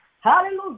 Hallelujah